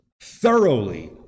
thoroughly